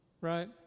right